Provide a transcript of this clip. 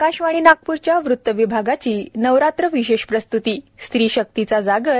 आकाशवाणी नागप्रच्या वृत्त विभागाची नवरात्र विशेष प्रस्तृती स्त्री शक्तीचा जागर